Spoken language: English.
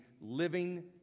living